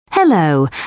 Hello